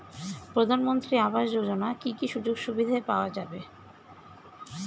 প্রধানমন্ত্রী আবাস যোজনা কি কি সুযোগ সুবিধা পাওয়া যাবে?